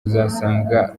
usanga